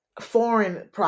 foreign